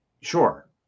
Sure